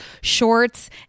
shorts